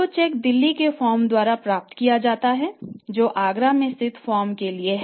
तो चेक दिल्ली के फर्म द्वारा प्राप्त किया जाता है जो आगरा में स्थित फर्म के लिए है